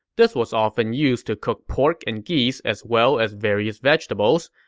this was often used to cook pork and geese, as well as various vegetables.